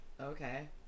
Okay